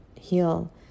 heal